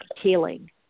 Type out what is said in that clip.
healing